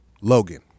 Logan